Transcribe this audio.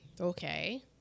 Okay